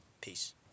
Peace